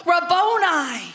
Rabboni